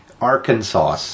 Arkansas